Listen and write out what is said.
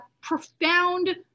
profound